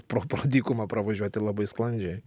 pro pro dykumą pravažiuoti labai sklandžiai